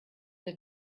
der